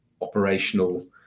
operational